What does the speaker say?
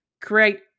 create